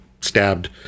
stabbed